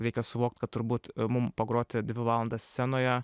reikia suvokt kad turbūt mum pagroti dvi valandas scenoje